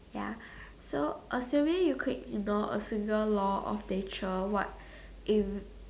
ya so assuming you could ignore a single law of nature what